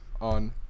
on